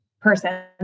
person